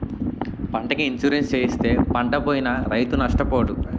పంటకి ఇన్సూరెన్సు చేయిస్తే పంటపోయినా రైతు నష్టపోడు